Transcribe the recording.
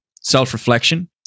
self-reflection